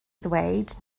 ddweud